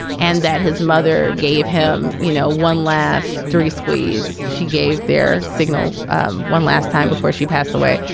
and that his mother gave him, you know, one last three squeeze. she gave their signal um one last time before she passed away.